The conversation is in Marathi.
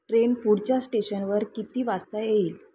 ट्रेन पुढच्या स्टेशनवर किती वाजता येईल